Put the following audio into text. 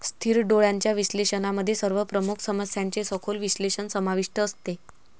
स्थिर डोळ्यांच्या विश्लेषणामध्ये सर्व प्रमुख समस्यांचे सखोल विश्लेषण समाविष्ट असते